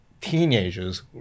teenagers